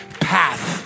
path